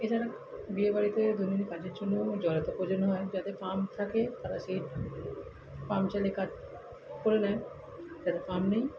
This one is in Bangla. এছাড়া বিয়ে বাড়িতে জরুরি কাজের জন্যও জলের তো প্রয়োজন হয় যাদের পাম্প থাকে তারা সেই পাম্প চালিয়ে কাজ করে নেয় যাদের পাম্প নেই